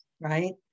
right